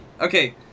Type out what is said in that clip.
Okay